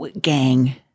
gang